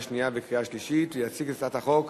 נתקבל.